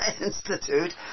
Institute